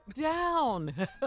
down